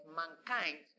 mankind